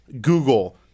Google